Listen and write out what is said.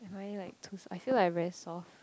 am I like too I feel like I'm very soft